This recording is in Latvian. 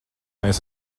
mēs